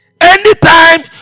anytime